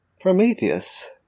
Prometheus